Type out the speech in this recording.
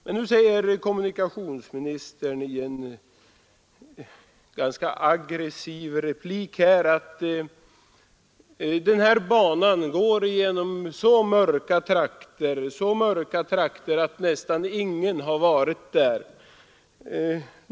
Men nu säger kommunikationsministern i en ganska aggressiv replik här att den här banan går genom så mörka trakter att nästan ingen har varit där.